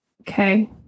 Okay